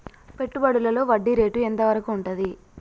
పెట్టుబడులలో వడ్డీ రేటు ఎంత వరకు ఉంటది?